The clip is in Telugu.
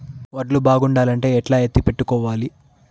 వడ్లు బాగుండాలంటే ఎట్లా ఎత్తిపెట్టుకోవాలి?